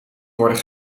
worden